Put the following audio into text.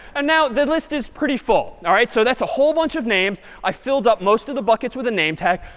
and now, the list is pretty full. all right, so that's a whole bunch of names. i filled up most of the buckets with a name tag.